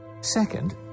Second